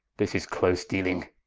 this is close dealing.